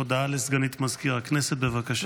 הודעה לסגנית מזכיר הכנסת, בבקשה.